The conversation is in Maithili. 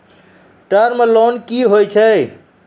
टर्म लोन कि होय छै?